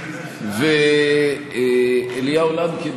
בדקתי ואליהו לנקין,